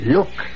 Look